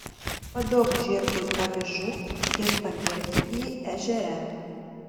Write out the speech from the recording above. paduok žirgui avižų ir pagirdyk jį ežere